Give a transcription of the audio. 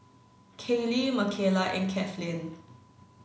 Kayli Makaila and Kathlyn